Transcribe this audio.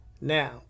Now